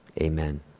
Amen